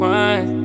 one